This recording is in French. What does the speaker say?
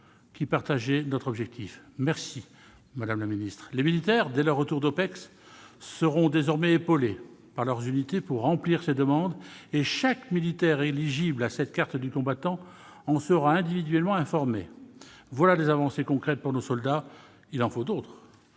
Mme la secrétaire d'État, que je remercie. Les militaires, dès leur retour d'OPEX, seront désormais épaulés par leur unité pour remplir ces demandes et chaque militaire éligible à cette carte du combattant en sera individuellement informé. Voilà des avancées concrètes pour nos soldats. Il en faut d'autres.